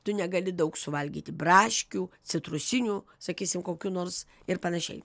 tu negali daug suvalgyti braškių citrusinių sakysim kokių nors ir panašiai